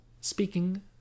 speaking